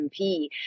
MP